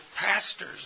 pastors